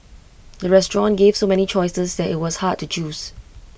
the restaurant gave so many choices that IT was hard to choose